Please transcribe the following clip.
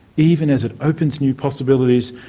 even as it opens new possibilities,